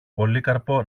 πολύκαρπο